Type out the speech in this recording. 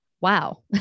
Wow